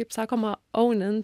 kaip sakoma ounint